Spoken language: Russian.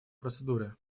процедуры